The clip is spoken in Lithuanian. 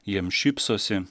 jiems šypsosi